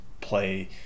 play